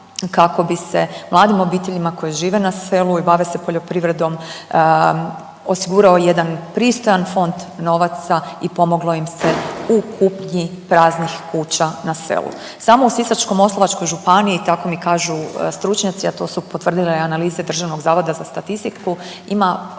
kako bi se mladim obiteljima koje žive na selu i bave se poljoprivredom osigurao jedan pristojan fond novaca i pomoglo im se u kupnji praznih kuća na selu. Samo u Sisačko-moslavačkoj županiji, tako mi kažu stručnjaci, a to su potvrdile i analize DZS-a, ima oko 10 tisuća